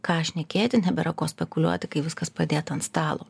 ką šnekėti nebėra ko spekuliuoti kai viskas padėta ant stalo